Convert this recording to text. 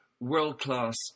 world-class